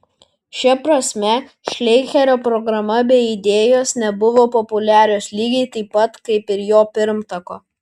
šia prasme šleicherio programa bei idėjos nebuvo populiarios lygiai taip pat kaip ir jo pirmtako